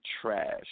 trash